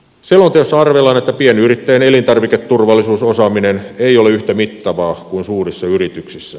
selonteossa arvellaan että pienyrittäjien elintarviketurvallisuusosaaminen ei ole yhtä mittavaa kuin suurissa yrityksissä